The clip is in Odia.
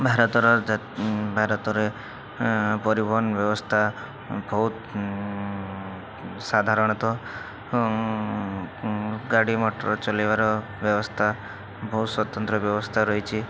ଭାରତର ଭାରତରେ ପରିବହନ ବ୍ୟବସ୍ଥା ବହୁତ ସାଧାରଣତଃ ଗାଡ଼ି ମୋଟର ଚଲାଇବାର ବ୍ୟବସ୍ଥା ବହୁତ ସ୍ୱତନ୍ତ୍ର ବ୍ୟବସ୍ଥା ରହିଛି